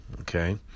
okay